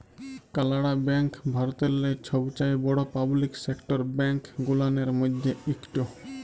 কালাড়া ব্যাংক ভারতেল্লে ছবচাঁয়ে বড় পাবলিক সেকটার ব্যাংক গুলানের ম্যধে ইকট